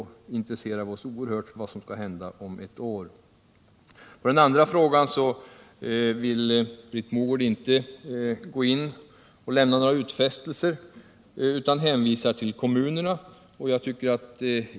Vi intresserar oss för vad som skall hända om ett år. Beträffande den andra frågan vill Britt Mogård inte lämna några utfästelser utan hänvisar till kommunerna.